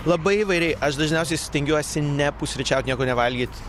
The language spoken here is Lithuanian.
labai įvairiai aš dažniausiai stengiuosi nepusryčiaut nieko nevalgyt